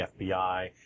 FBI